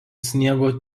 sniego